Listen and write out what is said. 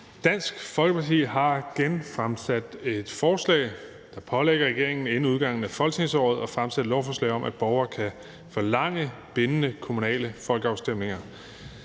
Dansk Folkeparti har genfremsat et forslag, der pålægger regeringen inden udgangen af folketingsåret at fremsætte lovforslag om, at borgere kan forlange bindende kommunale folkeafstemninger.